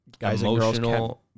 emotional